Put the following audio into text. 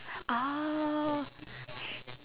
oh